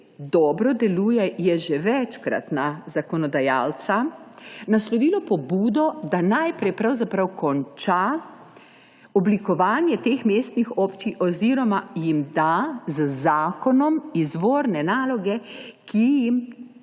dobro deluje, je že večkrat na zakonodajalca naslovilo pobudo, da najprej pravzaprav konča oblikovanje teh mestnih občin oziroma jim da z zakonom izvorne naloge, ki jih